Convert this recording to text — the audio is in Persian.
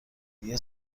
دیگه